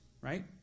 right